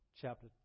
chapter